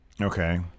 Okay